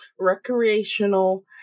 recreational